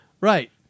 Right